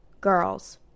Girls